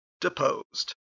deposed